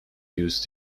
used